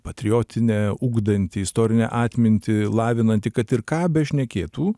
patriotinė ugdanti istorinę atmintį lavinanti kad ir ką bešnekėtų